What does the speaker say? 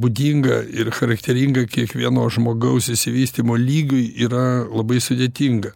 būdinga ir charakteringa kiekvieno žmogaus išsivystymo lygiui yra labai sudėtinga